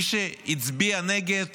מי שהצביע נגד